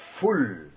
full